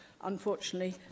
unfortunately